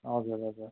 हजुर हजुर